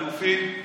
לאלופים?